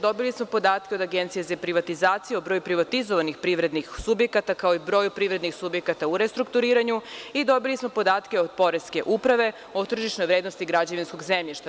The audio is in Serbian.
Dobili smo podatke od Agencije za privatizaciju o broju privatizovani privrednih subjekata, kao i broju privrednih subjekata u restrukturiranju i dobili smo podatke od Poreske uprave o tržišnoj vrednosti građevinskoj zemljišta.